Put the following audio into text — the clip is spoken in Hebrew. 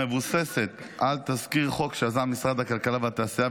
המבוססת על תזכיר חוק שיזם משרד הכלכלה והתעשייה,